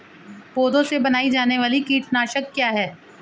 पौधों से बनाई जाने वाली कीटनाशक क्या है?